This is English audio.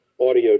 audio